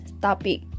topic